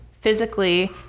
physically